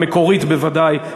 המקורית בוודאי,